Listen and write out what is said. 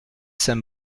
saint